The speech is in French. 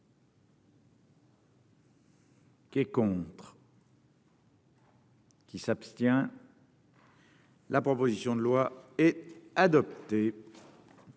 Qui est contre. Qui s'abstient. La proposition de loi est adopté.